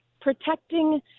Protecting